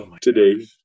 today